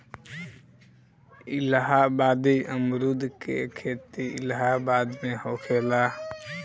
इलाहाबादी अमरुद के खेती इलाहाबाद में होखेला